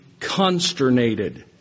consternated